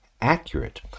accurate